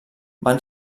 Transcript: van